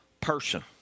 person